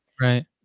Right